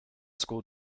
school